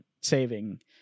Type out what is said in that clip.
saving